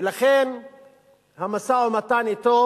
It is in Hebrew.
ולכן המשא-ומתן אתו